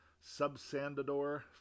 Sub-Sandador